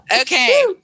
Okay